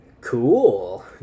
Cool